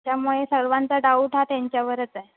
त्यामुळे सर्वांचा डाऊट हा त्यांच्यावरच आहे